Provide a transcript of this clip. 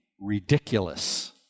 ridiculous